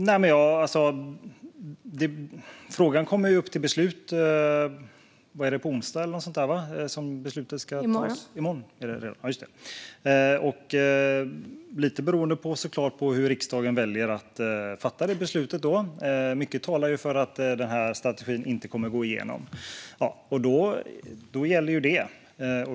Fru talman! Frågan kommer upp till beslut i morgon, och allt beror lite på vilket beslut riksdagen väljer att fatta. Mycket talar ju för att den här strategin inte kommer att gå igenom, och då gäller det.